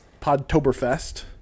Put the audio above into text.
Podtoberfest